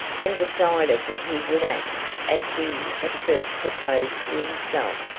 and decided that he would act as he at first proposed to himself.